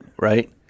Right